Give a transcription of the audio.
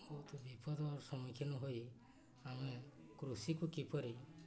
ବହୁତ ବିପଦର ସମ୍ମୁଖୀନ ହୋଇ ଆମେ କୃଷିକୁ କିପରି